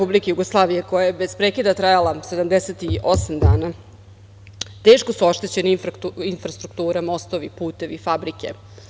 U bombardovanju SRJ koja je bez prekida trajala 78 dana teško su oštećenie infrastrukture, mostovi, putevi, fabrike.